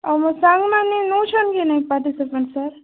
ଆଉ ମୋ ସାଙ୍ଗମାନେ ନଉଛନ୍ତି କି ନାହିଁ ପାର୍ଟୀସିପେଟ ସାର୍